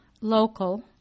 local